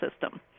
system